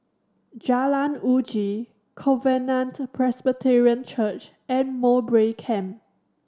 Jalan Uji Covenant Presbyterian Church and Mowbray Camp